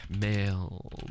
Male